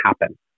happen